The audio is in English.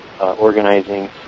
organizing